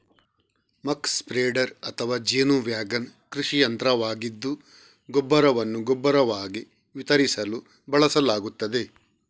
ಮಕ್ spreader ಅಥವಾ ಜೇನು wagon ಕೃಷಿ ಯಂತ್ರವಾಗಿದ್ದು ಗೊಬ್ಬರವನ್ನು ಗೊಬ್ಬರವಾಗಿ ವಿತರಿಸಲು ಬಳಸಲಾಗುತ್ತದೆ